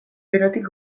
eurotik